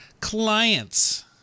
clients